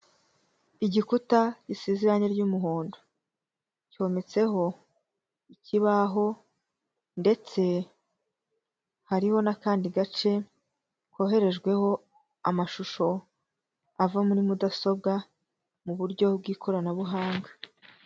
Igikuta giseze irange ry'umuhondo, cyometseho ikibaho ndetse hariho n'akandi gace koherejweho amashusho ava muri mudasobwa mu buryo bw'ikoranabuhanga.